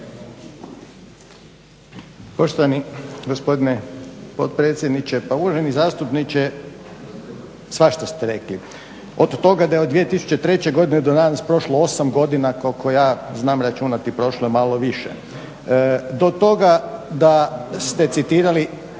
Poštovani gospodine potpredsjedniče. Pa uvaženi zastupniče svašta ste rekli od toga da je od 2003. do danas prošlo 8 godina koliko ja znam računati prošlo je malo više. Do toga da ste citirali